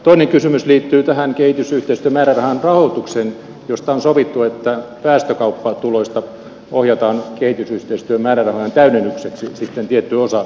toinen kysymys liittyy tähän kehitysyhteistyömäärärahan rahoitukseen josta on sovittu että päästökauppatuloista ohjataan kehitysyhteistyömäärärahojen täydennykseksi sitten tietty osa